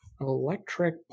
electric